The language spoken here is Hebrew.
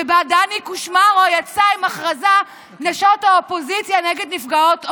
שבה דני קושמרו יצא עם הכרזה: נשות האופוזיציה נגד נפגעות אונס.